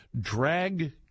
drag